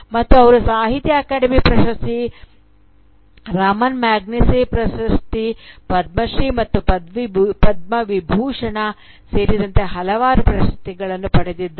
ಮತ್ತು ಅವರು ಸಾಹಿತ್ಯ ಅಕಾಡೆಮಿ ಪ್ರಶಸ್ತಿ ರಾಮನ್ ಮ್ಯಾಗ್ಸೆಸೆ ಪ್ರಶಸ್ತಿ ಪದ್ಮಶ್ರೀ ಮತ್ತು ಪದ್ಮವಿಭೂಷಣ ಸೇರಿದಂತೆ ಹಲವಾರು ಪ್ರಶಸ್ತಿಗಳನ್ನು ಪಡೆದಿದ್ದಾರೆ